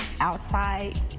outside